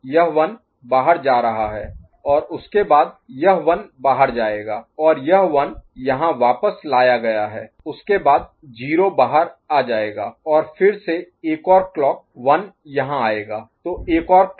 यह 1 बाहर जा रहा है और उसके बाद यह 1 बाहर जाएगा और यह 1 यहाँ वापस लाया गया है उसके बाद 0 बाहर आ जाएगा और फिर से एक और क्लॉक 1 यहाँ आएगा तो एक और क्लॉक